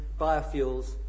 biofuels